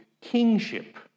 Kingship